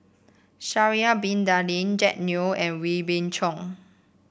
Sha'ari Bin Tadin Jack Neo and Wee Beng Chong